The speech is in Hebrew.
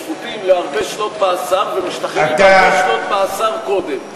שפוטים להרבה שנות מאסר ומשתחררים אחרי שנות מאסר קודם.